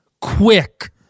quick